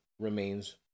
remains